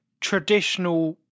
traditional